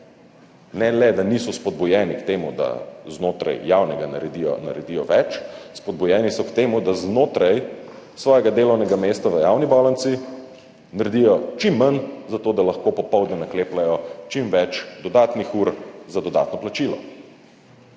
Ne le da niso spodbujeni k temu, da znotraj javnega naredijo več, spodbujeni so k temu, da znotraj svojega delovnega mesta v javni bolnici naredijo čim manj, zato da lahko popoldne naklepljejo čim več dodatnih ur za dodatno plačilo.